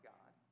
God